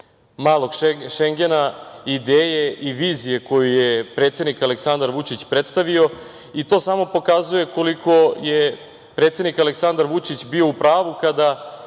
„malog Šengena, ideje i vizije koju je predsednik Aleksandar Vučić predstavio i to samo pokazuje koliko je predsednik, Aleksandar Vučić bio u pravu kada